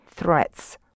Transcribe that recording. Threats